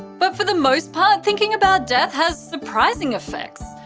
but for the most part, thinking about death has surprising effects.